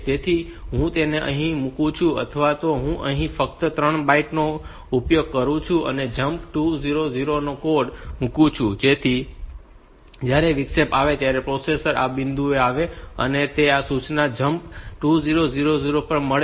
તેથી હું તેને અહીં મુકું છું અથવા હું અહીં ફક્ત ત્રણ બાઈટ નો ઉપયોગ કરું છું અને જમ્પ 2000 નો કોડ મૂકું છું જેથી જ્યારે વિક્ષેપ આવે ત્યારે પ્રોસેસર આ બિંદુએ આવે અને તેને આ સૂચના જમ્પ 2000 મળશે